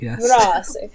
yes